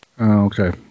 Okay